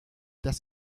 dass